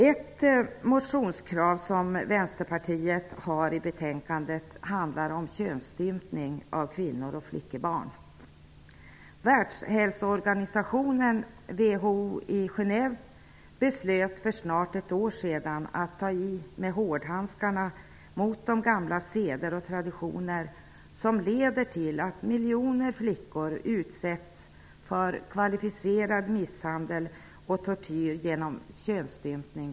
Ett motionskrav som Vänsterpartiet har i betänkandet handlar om könsstympning av kvinnor och flickebarn. Världshälsoorganisationen WHO i Genève beslöt för snart ett år sedan att ta i med hårdhandskarna mot de gamla seder och traditioner som leder till att miljoner flickor varje år utsätts för kvalificerad misshandel och tortyr genom könsstympning.